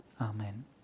Amen